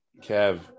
Kev